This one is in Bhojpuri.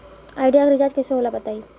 आइडिया के रिचार्ज कइसे होला बताई?